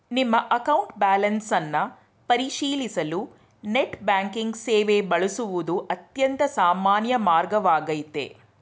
ನಿಮ್ಮ account balance ಅನ್ನ ಪರಿಶೀಲಿಸಲು ನೆಟ್ ಬ್ಯಾಂಕಿಂಗ್ ಸೇವೆ ಬಳಸುವುದು ಅತ್ಯಂತ ಸಾಮಾನ್ಯ ಮಾರ್ಗವಾಗೈತೆ